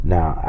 Now